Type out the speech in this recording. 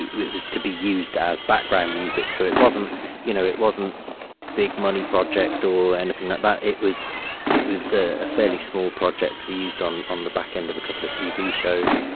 it it was to be used as background music. so it wasn't you know it wasn't big money project or anything like that. it was it was a fairly small project to be used on on the backend of a couple of tv shows,